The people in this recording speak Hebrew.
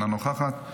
אינה נוכחת,